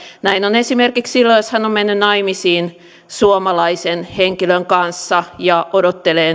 näin on esimerkiksi silloin jos hän on mennyt naimisiin suomalaisen henkilön kanssa ja odottelee